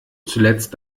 zuletzt